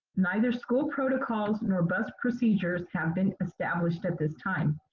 neither school protocols nor bus procedures have been established at this time.